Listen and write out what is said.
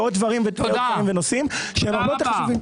ועוד דברים בכל מיני נושאים שלא מחשיבים.